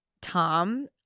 Tom